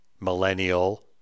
millennial